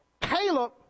Caleb